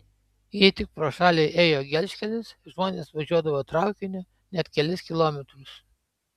jei tik pro šalį ėjo gelžkelis žmonės važiuodavo traukiniu net kelis kilometrus